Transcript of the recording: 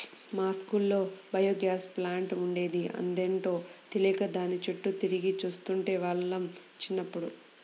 మా స్కూల్లో biogas plant ఉండేది, అదేంటో తెలియక దాని చుట్టూ తిరిగి చూస్తుండే వాళ్ళం చిన్నప్పుడు